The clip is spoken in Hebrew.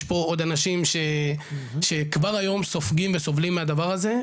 יש פה עוד אנשים שכבר היום סופגים וסובלים מהדבר הזה,